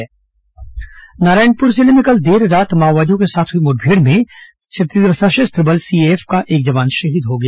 मुठमेड़ जवान शहीद नारायणपुर जिले में कल देर रात माओवादियों के साथ हुई मुठभेड़ में छत्तीसगढ़ सशस्त्र बल सीएएफ का एक जवान शहीद हो गया